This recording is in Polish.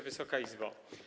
Wysoka Izbo!